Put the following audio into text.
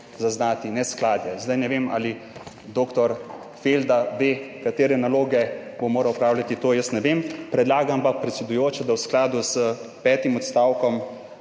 zaznati neskladje. Zdaj ne vem, ali dr. Felda ve, katere naloge bo moral opravljati. Tega jaz ne vem. Predlagam pa, predsedujoča, da v skladu s petim odstavkom